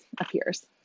appears